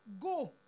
Go